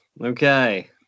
Okay